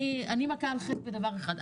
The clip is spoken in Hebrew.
אני מכה על חטא בדבר אחד.